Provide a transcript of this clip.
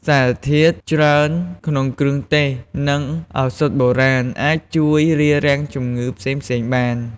សារធាតុច្រើនក្នុងគ្រឿងទេស និងឱសថបុរាណអាចជួយរារាំងជម្ងឺផ្សេងៗបាន។